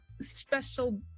special